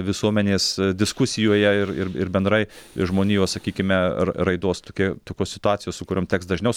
visuomenės diskusijoje ir ir ir bendrai žmonijos sakykime raidos tokia tokios situacijos su kuriom teks dažniau